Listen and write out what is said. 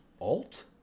Alt